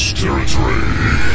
territory